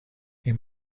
این